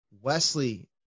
wesley